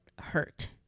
hurt